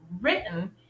written